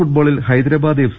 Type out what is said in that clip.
ഫുട്ബോളിൽ ഹൈദരാബാദ് എഫ്